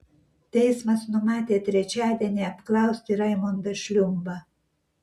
teismas numatė trečiadienį apklausti raimondą šliumbą